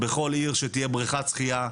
בכל עיר שתהיה בריכת שחיה,